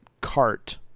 cart